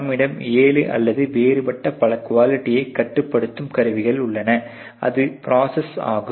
நம்மிடம் ஏழு அல்லது வேறுபட்ட பல குவாலிட்டியை கட்டுப்படுத்தும் கருவிகள் உள்ளன அது ப்ரோசஸ் ஆகும்